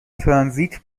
ترانزیت